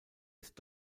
ist